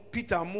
Peter